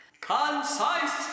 concise